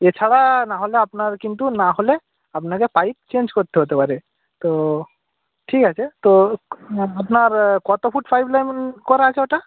এছাড়া না হলে আপনার কিন্তু না হলে আপনাকে পাইপ চেঞ্জ করতে হতে পারে তো ঠিক আছে তো আপনার কত ফুট পাইপ লাইন করা আছে ওটা